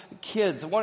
kids